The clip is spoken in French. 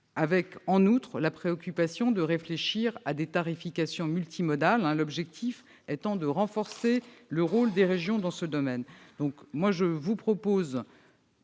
avec en outre la préoccupation de réfléchir à des tarifications multimodales, l'objectif étant de renforcer le rôle des régions dans ce domaine. Je vous propose,